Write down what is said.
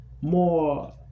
More